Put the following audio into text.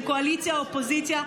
קואליציה או אופוזיציה.